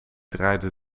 draaide